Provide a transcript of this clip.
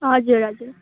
हजुर हजुर